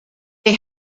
they